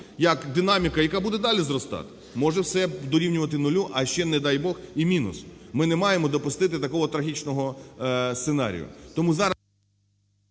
Як динаміка, яка буде далі зростати, може все дорівнювати нулю, а ще, не дай Бог, і мінус. Ми не маємо допустити такого трагічного сценарію.